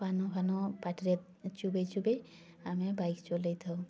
ପାନ ଫାନ ପାଟିରେ ଚୋବାଇ ଚୋବାଇ ଆମେ ବାଇକ୍ ଚଲାଇ ଥାଉ